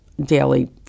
daily